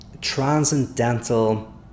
transcendental